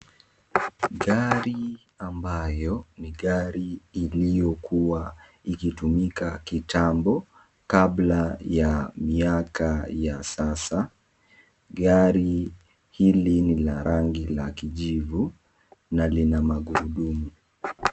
Gari ambayo ni gari iliyokuwa ikitumika kitambo kabla ya miaka ya sasa. Gari hili ni la rangi la kijivu na lina magurudumu.